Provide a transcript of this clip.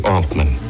Altman